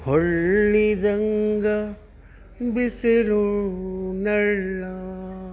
ಹೊಳ್ಳಿದಂಗೆ ಬಿಸಿಲು ನೆರಳಾ